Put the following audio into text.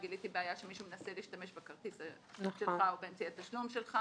גיליתי בעיה שמישהו מנסה להשתמש בכרטיס שלך או באמצעי התשלום שלך